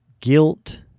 guilt